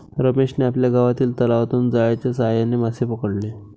रमेशने आपल्या गावातील तलावातून जाळ्याच्या साहाय्याने मासे पकडले